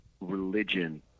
religion